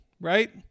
right